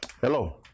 Hello